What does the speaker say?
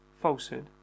falsehood